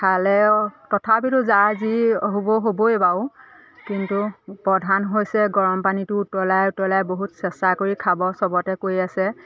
খালে তথাপিতো যাৰ যি হ'ব হ'বই বাৰু কিন্তু প্ৰধান হৈছে গৰম পানীটো উতলাই উতলাই বহুত চেঁচা কৰি খাব চবতে কৈ আছে